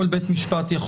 כל בית משפט יכול